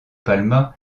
palma